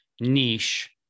niche